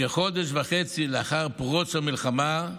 כחודש וחצי לאחר פרוץ המלחמה,